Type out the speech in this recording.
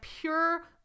pure